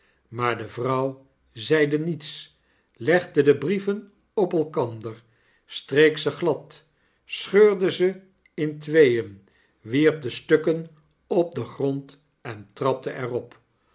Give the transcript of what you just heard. maar de vrouw zeide niets legde de brieven op elkander streek ze glad scheurde ze in tweeen wierp de stukken op den grond en trapte er